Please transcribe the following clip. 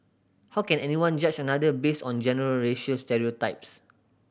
how can anyone judge another based on general racial stereotypes